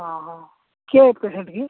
ହଁ ହଁ କିଏ